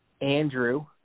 Andrew